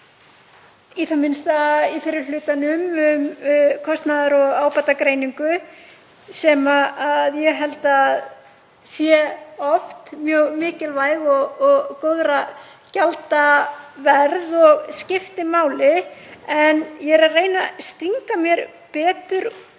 í það minnsta í fyrri hlutanum, um kostnaðar- og ábatagreiningu, sem ég held að sé oft mjög mikilvæg og góðra gjalda verð og skipti máli. En ég er að reyna að stinga mér betur